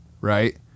right